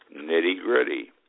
nitty-gritty